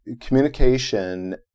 communication